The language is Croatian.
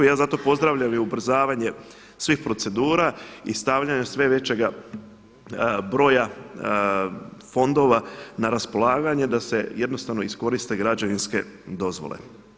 Ja zato pozdravljam i ubrzavanje svih procedura i stavljanje sve većega broja fondova na raspolaganje da se jednostavno iskoriste građevinske dozvole.